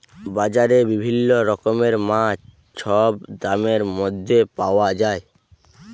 বাজারে বিভিল্ল্য রকমের মাছ ছব দামের ম্যধে পাউয়া যায়